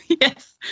Yes